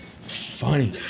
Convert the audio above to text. funny